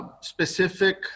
specific